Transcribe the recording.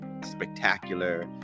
spectacular